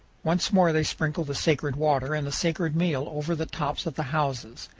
once more they sprinkle the sacred water and the sacred meal over the tops of the houses.